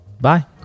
Bye